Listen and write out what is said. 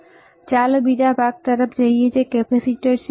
ચાલો બીજા ભાગ તરફ જઈએ જે કેપેસિટર છે